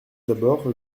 d’abord